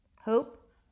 Hope